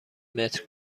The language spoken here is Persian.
متر